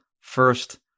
First